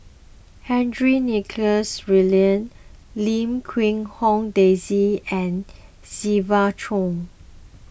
Henry Nicholas Ridley Lim Quee Hong Daisy and Siva Choy